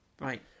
Right